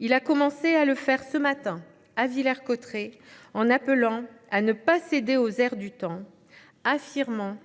Il a commencé à le faire ce matin, à Villers Cotterêts, en appelant à « ne pas céder aux airs du temps », affirmant